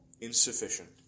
insufficient